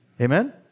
Amen